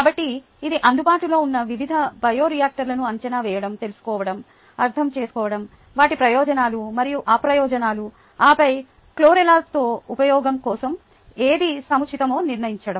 కాబట్టి ఇది అందుబాటులో ఉన్న వివిధ బయోఇయాక్టర్లను అంచనా వేయడం తెలుసుకోవడం అర్థం చేసుకోవడం వాటి ప్రయోజనాలు మరియు అప్రయోజనాలు ఆపై క్లోరెల్లాతో ఉపయోగం కోసం ఏది సముచితమో నిర్ణయించడం